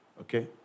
okay